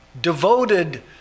devoted